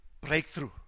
breakthrough